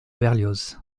berlioz